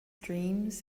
dreams